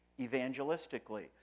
evangelistically